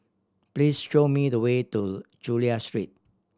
please show me the way to Chulia Street